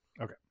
Okay